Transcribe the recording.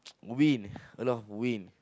wind a lot of wind